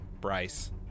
Bryce